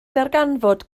ddarganfod